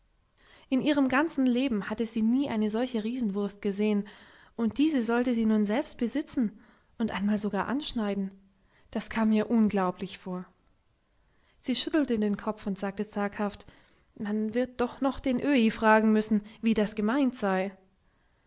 in ihrem ganzen leben hatte sie nie eine solche riesenwurst gesehen und diese sollte sie nun selbst besitzen und einmal sogar anschneiden das kam ihr unglaublich vor sie schüttelte den kopf und sagte zaghaft man wird doch noch den öhi fragen müssen wie das gemeint sei